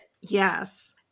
Yes